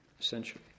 essentially